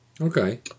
Okay